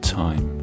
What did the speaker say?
time